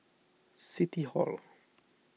City Hall